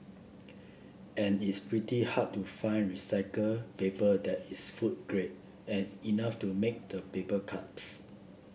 and it's pretty hard to find recycled paper that is food grade and enough to make the paper cups